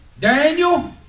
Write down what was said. Daniel